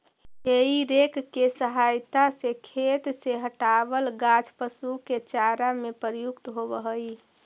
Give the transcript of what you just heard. हेइ rake के सहायता से खेत से हँटावल गाछ पशु के चारा में प्रयुक्त होवऽ हई